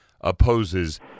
opposes